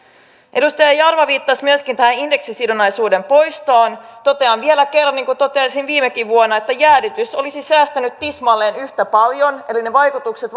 edustaja jarva viittasi myöskin tähän indeksisidonnaisuuden poistoon totean vielä kerran niin kuin totesin viimekin vuonna että jäädytys olisi säästänyt tismalleen yhtä paljon eli ne vaikutukset